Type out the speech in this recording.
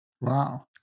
Wow